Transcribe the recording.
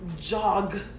jog